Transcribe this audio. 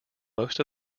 most